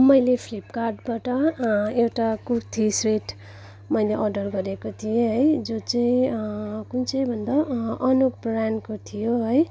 मैले फ्लिपकार्टबाट एउटा कुर्ती सेट मैले अर्डर गरेको थिएँ है जो चाहिँ कुन चाहिँ भन्दा अनुप ब्रान्डको थियो है